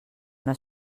una